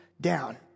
down